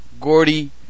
Gordy